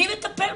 מי מטפל?